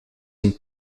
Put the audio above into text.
een